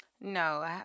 No